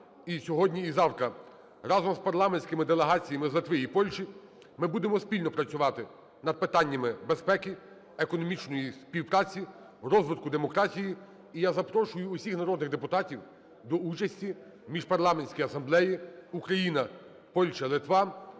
І сьогодні, і завтра разом з парламентськими делегаціями з Литви і Польщі ми будемо спільно працювати над питаннями безпеки, економічної співпраці, розвитку демократії. І я запрошу всіх народних депутатів до участі в Міжпарламентській асамблеї Україна–Польща–Литва.